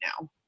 now